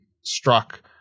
struck